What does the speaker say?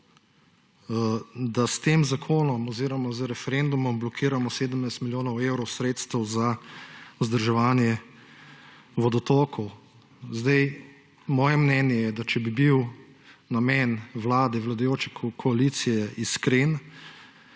da s tem zakonom oziroma z referendumom blokiramo 17 milijonov evrov sredstev za vzdrževanje vodotokov. Moje mnenje je, da če bi bil namen Vlade, vladajoče koalicije iskren,